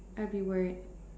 I will be worried